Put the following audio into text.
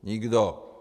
Nikdo.